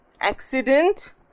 Accident